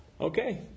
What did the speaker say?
Okay